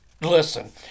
Listen